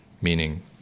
meaning